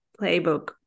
Playbook